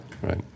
Right